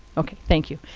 ok, thank you.